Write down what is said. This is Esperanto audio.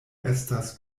estas